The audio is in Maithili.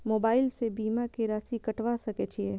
मोबाइल से बीमा के राशि कटवा सके छिऐ?